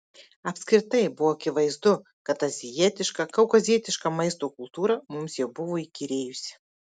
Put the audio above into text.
apskritai buvo akivaizdu kad azijietiška kaukazietiška maisto kultūra mums jau buvo įkyrėjusi